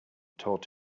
taught